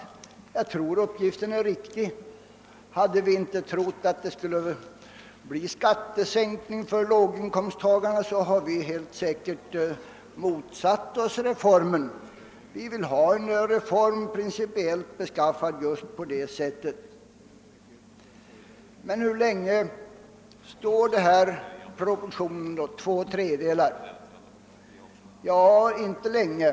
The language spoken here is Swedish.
Jag tror att uppgiften är riktig. Hade vi inte ansett att det skulle bli en skattesänkning för låginkomstitagarna hade vi helt säkert motsatt oss reformen. Vi vill ha en reform principiellt beskaffad just på det sättet. Men hur länge står sig proportionen två tredjedelar? Inte så särskilt länge.